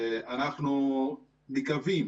אנחנו מקווים